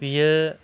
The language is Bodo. बियो